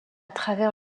travers